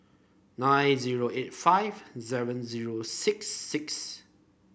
nine zero eight five seven zero six six